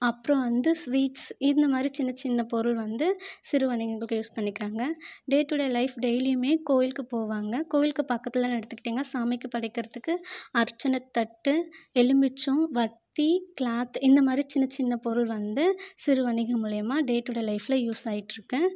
அப்புறம் வந்து ஸ்வீட்ஸ் இந்த மாதிரி சின்ன சின்ன பொருள் வந்து சிறு வணிகங்களுக்கு யூஸ் பண்ணிக்கிறாங்கள் டே டு டே லைஃப் டெய்லியுமே கோயிலுக்கு போவாங்கள் கோயிலுக்கு பக்கத்துலன்னு எடுத்துக்கிட்டிங்க சாமிக்கு படைக்கிறத்துக்கு அர்ச்சனை தட்டு எலுமிச்சம் வத்தி கிளாத் இந்த மாதிரி சின்ன சின்ன பொருள் வந்து சிறு வணிகம் மூலியமாக டே டு டே லைஃப்பில் யூஸ் ஆயிட்டு இருக்குது